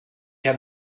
habe